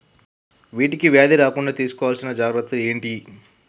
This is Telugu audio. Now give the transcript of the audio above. వీటికి వ్యాధి రాకుండా తీసుకోవాల్సిన జాగ్రత్తలు ఏంటియి?